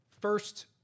first